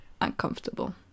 uncomfortable